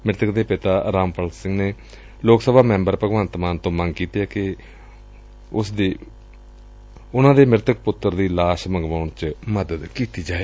ਮ੍ਤਿਤਕ ਦੇ ਪਿਤਾ ਰਾਮਫਲ ਸਿੰਘ ਨੇ ਲੋਕ ਸਭਾ ਮੈਂਬਰ ਭਗਵੰਤ ਮਾਨ ਤੋਂ ਮੰਗ ਕੀਤੀ ਏ ਕਿ ਉਨੂਂ ਦੇ ਮ੍ਰਿਤਕ ਪੁੱਤਰ ਦੀ ਲਾਸ਼ ਮੰਗਵਾਉਣ ਚ ਮਦਦ ਕੀਤੀ ਜਾਏ